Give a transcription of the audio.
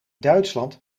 duitsland